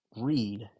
read